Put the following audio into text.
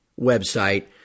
website